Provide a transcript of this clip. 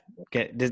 Okay